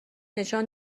نشان